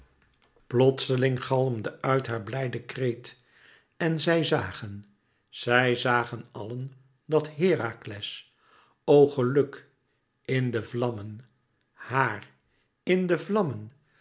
plotseling galmde uit haar blijde kreet en zij zagen zij zagen allen dat herakles o geluk in de vlammen haàr in de vlammen